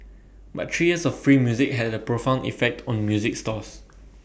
but three years of free music had A profound effect on music stores